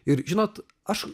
ir žinot aš